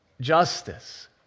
justice